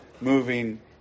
moving